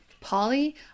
Polly